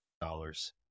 dollars